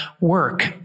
work